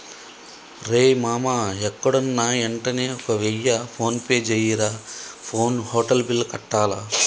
రేయ్ మామా ఎక్కడున్నా యెంటనే ఒక వెయ్య ఫోన్పే జెయ్యిరా, హోటల్ బిల్లు కట్టాల